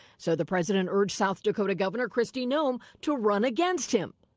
so the president urged south dakota governor, christy gnome, to run against him.